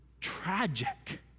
tragic